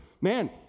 man